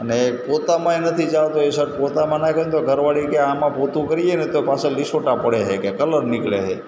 અને પોતામાંય નથી ચાલતો એ શર્ટ પોતામાં નાખ્યો ને તો ઘરવાળી કહે આમાં પોતું કરીએ ને તો પાછળ લીસોટા પડે છે કે કલર નીકળે છે